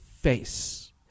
face